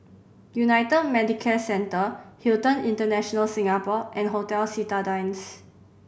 United Medicare Centre Hilton International Singapore and Hotel Citadines